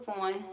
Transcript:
on